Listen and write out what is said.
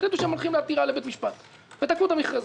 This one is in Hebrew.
החליטו שהם הולכים לעתירה לבית משפט ותקעו את המכרזים.